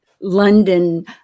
London